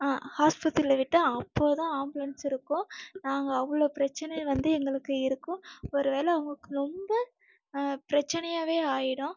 ஹாஸ்பத்திரியில விட்டு அப்போது தான் ஆம்புலன்ஸ் இருக்கும் நாங்கள் அவ்வளோ பிரச்சனை வந்து எங்களுக்கு இருக்கும் ஒரு வேலை அவங்களுக்கு ரொம்ப பிரச்சனையாகவே ஆயிடும்